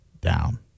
down